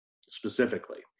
specifically